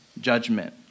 judgment